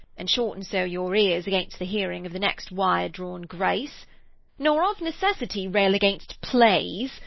and shorten so your ears against the hearing of the next wire-drawn grace nor of necessity rail against plays,